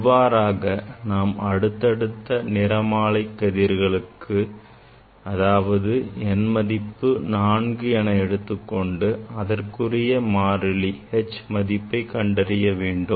இவ்வாறாக நாம் அடுத்தடுத்த நிறமாலை கதிர்களுக்கு அதாவது n மதிப்பை 4 என எடுத்துக் கொண்டு அதற்குரிய மாறிலியின் R H மதிப்பை கண்டறிய வேண்டும்